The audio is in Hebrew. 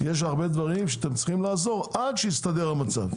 יש הרבה דברים שאתם צריכים לעזור עד שיסתדר המצב.